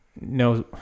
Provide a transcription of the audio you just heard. No